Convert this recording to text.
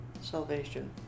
Salvation